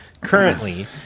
currently